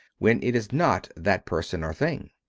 when it is not that person or thing.